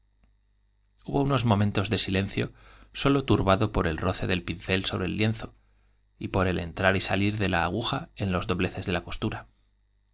hubo unos momentos de silencio sólo turbado por el roce del pincel sobre el lienzo y por el entrar y los dobleces de la costura